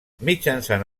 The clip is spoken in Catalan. mitjançant